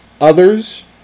others